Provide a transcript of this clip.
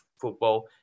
football